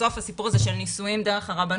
בסוף הסיפור הזה של נישואין דרך הרבנות,